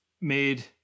made